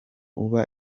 uba